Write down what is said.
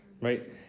right